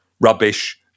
rubbish